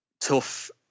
tough